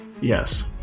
yes